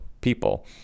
people